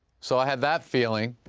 so i had that feeling,